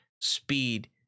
speed